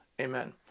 Amen